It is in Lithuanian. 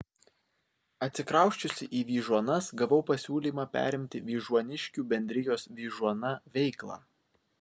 atsikrausčiusi į vyžuonas gavau pasiūlymą perimti vyžuoniškių bendrijos vyžuona veiklą